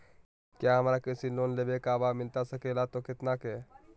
क्या हमारा कृषि लोन लेवे का बा मिलता सके ला तो कितना के?